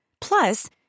Plus